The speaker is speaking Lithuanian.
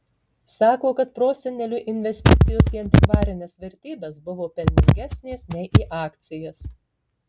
sako kad proseneliui investicijos į antikvarines vertybes buvo pelningesnės nei į akcijas